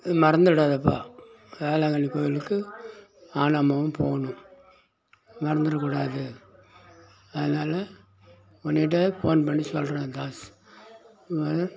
மறந்துடாதேப்பா வேளாங்கண்ணி கோவிலுக்கு நானும் அம்மாவும் போகணும் மறந்துட கூடாது அதனால உன் கிட்டே ஃபோன் பண்ணி சொல்கிறேன் தாஸ்